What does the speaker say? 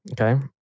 okay